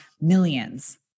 millions